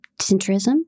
centrism